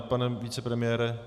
Pane vicepremiére?